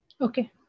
Okay